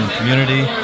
community